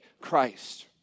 Christ